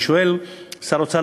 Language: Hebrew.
אני שואל: שר האוצר,